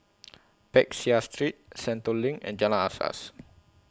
Peck Seah Street Sentul LINK and Jalan Asas